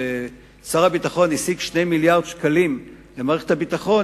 כששר הביטחון השיג 2 מיליארדי שקלים למערכת הביטחון,